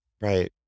Right